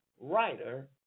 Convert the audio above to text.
writer